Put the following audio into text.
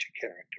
character